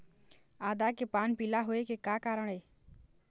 आदा के पान पिला होय के का कारण ये?